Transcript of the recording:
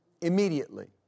immediately